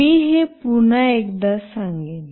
मी हे पुन्हा एकदा पुन्हा सांगेन